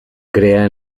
crea